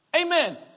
Amen